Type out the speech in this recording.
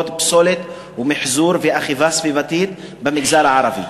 פסולת ומיחזור ואכיפה סביבתית במגזר הערבי?